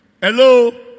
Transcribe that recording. Hello